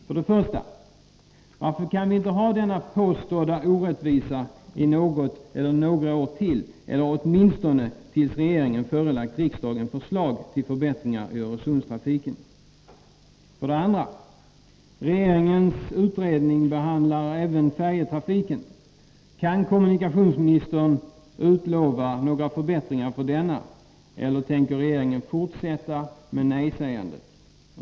För det första: Varför kan vi inte ha denna påstådda orättvisa i något eller några år till eller åtminstone tills regeringen förelagt riksdagen förslag till förbättringar av Öresundstrafiken? För det andra: Regeringens utredning behandlar även färjetrafiken. Kan kommunikationsministern utlova några förbättringar för denna, eller tänker regeringen fortsätta med nej-sägandet?